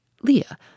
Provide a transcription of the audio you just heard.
Leah